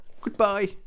Goodbye